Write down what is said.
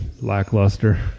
lackluster